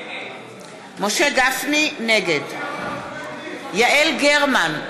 נגד יעל גרמן,